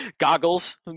Goggles